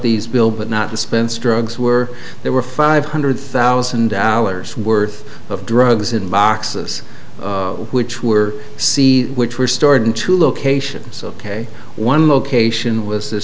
these bill but not dispense drugs were there were five hundred thousand dollars worth of drugs in boxes which were c which were stored in two locations ok one location was the